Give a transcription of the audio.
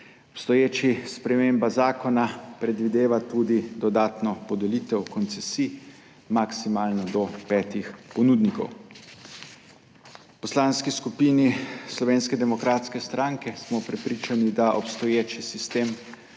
Obstoječa sprememba zakona predvideva tudi dodatno podelitev koncesij, maksimalno do petih ponudnikov. V Poslanski skupini Slovenske demokratske stranke smo prepričani, da obstoječi sistem